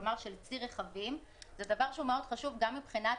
כלומר של צי רכבים זה דבר שהוא מאוד חשוב גם מבחינת